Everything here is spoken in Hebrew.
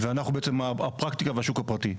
ואנחנו בעצם הפרקטיקה והשוק הפרטי.